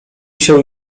się